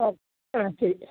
ഓ ആ ശരി